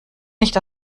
nicht